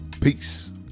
Peace